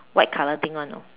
white color thing [one] you know